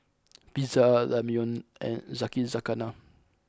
Pizza Ramyeon and Yakizakana